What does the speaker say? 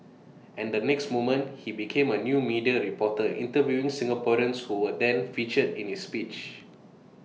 and the next moment he became A new media reporter interviewing Singaporeans who were then featured in his speech